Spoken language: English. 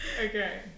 okay